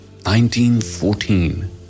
1914